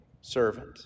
servant